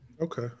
Okay